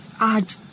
add